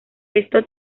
esto